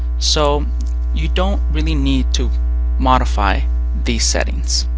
so you don't really need to modify these settings.